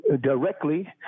directly